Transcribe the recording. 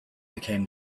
became